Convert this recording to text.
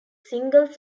single